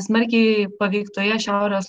smarkiai paveiktoje šiaurės